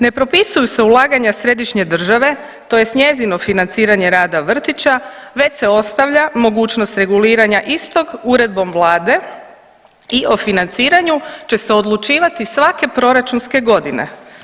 Ne propisuju se ulaganja središnje države tj. njezino financiranje rada vrtića već se ostavlja mogućnost reguliranja istog uredbom vlade i o financiranju će se odlučivati svake proračunske godine.